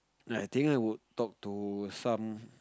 I think I would talk to some